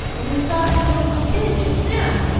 and we saw this one go dead just now.